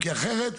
אחרת,